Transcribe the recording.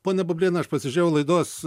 ponia bubliene aš pasižiūrėjau laidos